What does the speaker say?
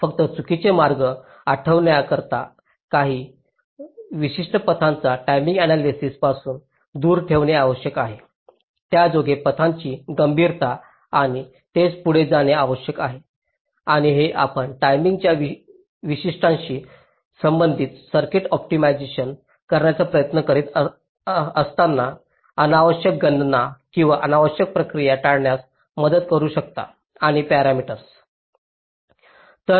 फक्त चुकीचे मार्ग आठवण्याकरता काही विशिष्ट पथांना टाईमिंग आण्यालायसिस पासून दूर ठेवणे आवश्यक आहे ज्यायोगे पथांची गंभीरता आणि तेच पुढे जाणे आवश्यक आहे आणि जे आपण टाईमिंगच्या वैशिष्ट्यांशी संबंधित सर्किट ऑप्टिमाइझ करण्याचा प्रयत्न करीत असताना अनावश्यक गणना आणि अनावश्यक प्रक्रिया टाळण्यास मदत करू शकतात आणि पॅरामीटर्स